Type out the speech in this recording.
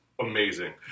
amazing